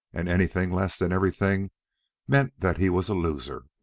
and anything less than everything meant that he was a loser.